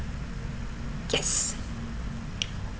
yes